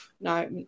no